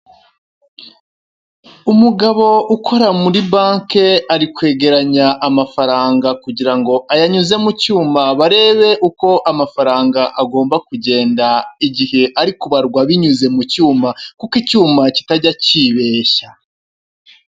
Umugabo ukora muri banki ari kwegeranya amafaranga kugira ngo ayanyuze mu cyuma barebe uko amafaranga agomba kugenda igihe ari kubarwa binyuze mu cyuma kuko icyuma kitajya kibeshya.